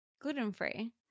gluten-free